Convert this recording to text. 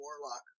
Warlock